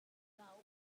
cauk